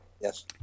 Yes